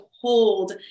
hold